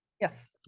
yes